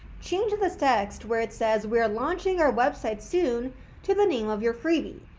change the text where it says we are launching our website soon to the name of your freebie,